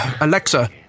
Alexa